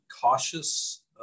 cautious